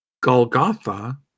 Golgotha